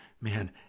man